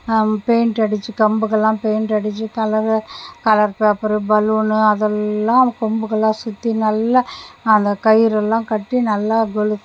paint அடித்து கம்புக்கெல்லாம் paint அடித்து கலரை கலர் பேப்பரு பலூன்னு அதெல்லாம் கொம்புக்கெல்லாம் சுற்றி நல்லா அந்த கயிறெல்லாம் கட்டி நல்லா கொலுசு